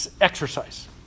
exercise